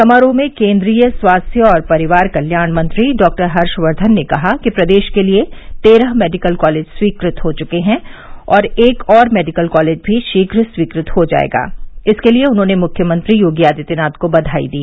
समारोह में केन्द्रीय स्वास्थ्य और परिवार कल्याण मंत्री डॉक्टर हर्षवर्धन ने कहा कि प्रदेश के लिए तेरह मेडिकल कॉलेज स्वीकृत हो चुके हैं और एक और मेडिकल कॉलेज भी शीघ्र स्वीकृत हो जायेगा इसके लिए उन्होंने मुख्यमंत्री योगी आदित्यनाथ को बघाई दी